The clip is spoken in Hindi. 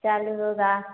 चालू होगा